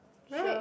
right